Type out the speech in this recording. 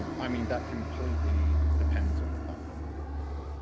um i mean that completely depends on the platform you are using.